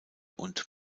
und